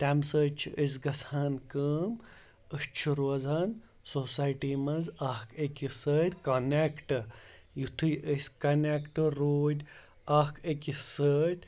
تَمہِ سۭتۍ چھِ أسۍ گژھان کٲم أسۍ چھِ روزان سوسایٹی منٛز اَکھ أکِس سۭتۍ کَنٮ۪کٹہٕ یُتھُے أسۍ کَنٮ۪کٹہٕ روٗدۍ اَکھ أکِس سۭتۍ